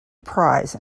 prize